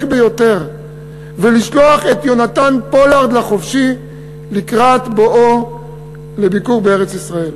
ביותר ולשלוח את יונתן פולארד לחופשי לקראת בואו לביקור בארץ-ישראל.